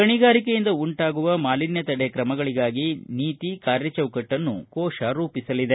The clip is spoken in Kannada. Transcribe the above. ಗಣಿಗಾರಿಕೆಯಿಂದ ಉಂಟಾಗುವ ಮಾಲಿನ್ಯ ತಡೆ ಕ್ರಮಗಳಿಗಾಗಿ ನೀತಿ ಕಾರ್ಯ ಚೌಕಟ್ಟನ್ನೂ ಕೋಶ ರೂಪಿಸಲಿದೆ